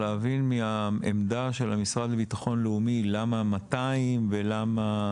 להבין מהעמדה של המשרד לביטחון לאומי למה 200 ולמה,